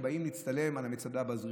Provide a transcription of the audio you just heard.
שבאים להצטלם על המצדה בזריחה.